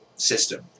System